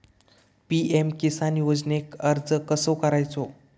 PM Kisan योजनेक अर्ज कसो करायचो?